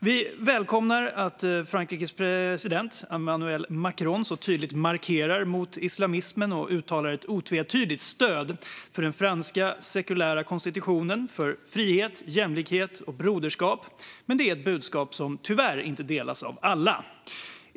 Vi välkomnar att Frankrikes president Emmanuel Macron så tydligt markerar mot islamismen och uttalar ett otvetydigt stöd för den franska sekulära konstitutionen, för frihet, jämlikhet och broderskap. Men det är ett budskap som tyvärr inte delas av alla.